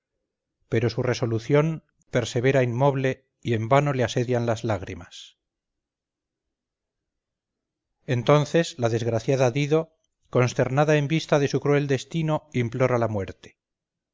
pero su resolución persevera inmoble y en vano le asedian las lágrimas entonces la desgraciada dido consternada en vista de su cruel destino implora la muerte